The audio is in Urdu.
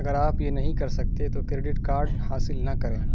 اگر آپ یہ نہیں کر سکتے تو کریڈٹ کارڈ حاصل نہ کریں